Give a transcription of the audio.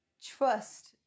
trust